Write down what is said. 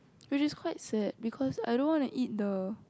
which is quite sad because I don't want to eat the